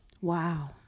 Wow